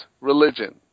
religion